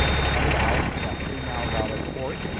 it headed out, it got three miles out of port